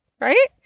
right